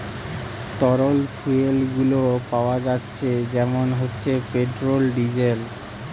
তরল ফুয়েল গুলো পাওয়া যাচ্ছে যেমন হচ্ছে পেট্রোল, ডিজেল